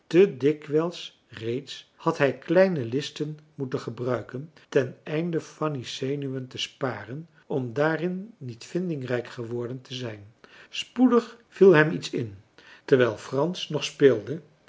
te dikwijls reeds had hij kleine listen moeten gebruiken ten einde fanny's zenuwen te sparen om daarin niet vindingrijk geworden te zijn spoedig viel hem iets in terwijl frans nog speelde